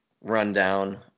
rundown